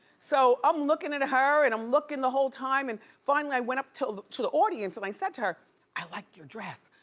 so i'm lookin' at her and i'm lookin' the whole time and finally, i went up to to the audience and i said to her i like your dress.